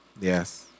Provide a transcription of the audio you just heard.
Yes